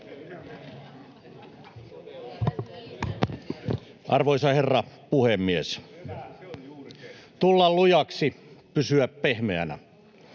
Arvoisa herra puhemies! Tulla lujaksi, pysyä pehmeänä.